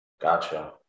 Gotcha